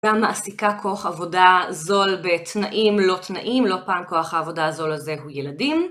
גם מעסיקה כוח עבודה זול בתנאים לא תנאים, לא פעם כוח העבודה הזול הזה הוא ילדים.